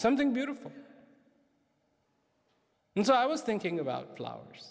something beautiful and so i was thinking about flowers